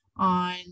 on